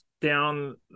down